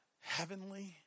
heavenly